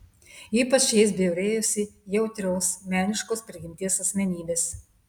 ypač jais bjaurėjosi jautrios meniškos prigimties asmenybės